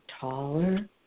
taller